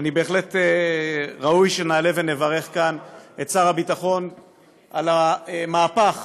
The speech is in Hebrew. בהחלט ראוי שנעלה ונברך כאן את שר הביטחון על המהפך